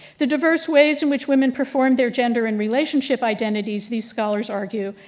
the diverse ways in which women perform their gender and relationship identities, these scholars argue,